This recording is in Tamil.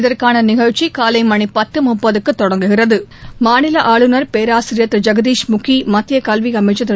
இதற்கான நிகழ்ச்சி காலை மணி பத்து முப்பதுக்கு தொடங்குகிறது மாநில ஆளுநர் பேராசிரியர் திரு ஐகதீஷ் முகி மத்திய கல்வி அமைச்சர் திரு